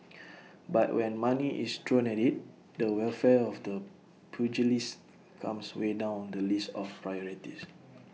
but when money is thrown at IT the welfare of the pugilists comes way down the list of priorities